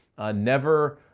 never,